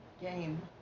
game